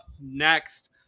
next